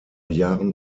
jahren